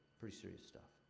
pretty serious stuff.